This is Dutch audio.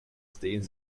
steen